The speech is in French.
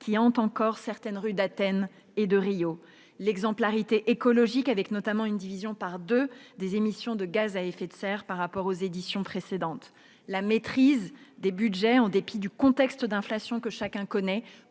qui hantent encore certaines rues d'Athènes et de Rio. L'exemplarité écologique : elle s'exprimera notamment au travers d'une division par deux des émissions de gaz à effet de serre par rapport aux éditions précédentes. La maîtrise des budgets : en dépit du contexte d'inflation que chacun connaît,